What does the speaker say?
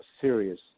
serious